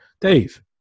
Dave